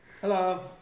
Hello